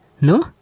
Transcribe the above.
No